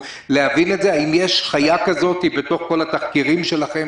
האם יש חיה כזאת בתוך כל התחקירים שלכם,